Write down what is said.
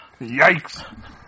Yikes